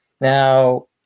Now